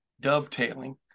dovetailing